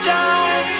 die